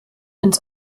ins